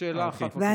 שאלה אחת, בבקשה.